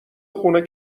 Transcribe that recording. خونه